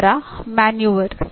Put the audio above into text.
ನಂತರ ನೀವು ಮುಂದುವರಿಯುತ್ತಾ